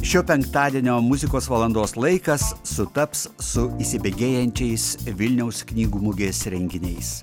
šio penktadienio muzikos valandos laikas sutaps su įsibėgėjančiais vilniaus knygų mugės renginiais